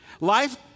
Life